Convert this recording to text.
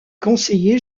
conseiller